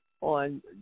on